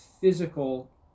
physical